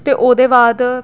ते ओह्दे बाद